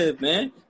man